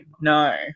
no